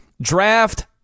draft